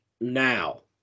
now